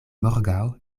morgaŭ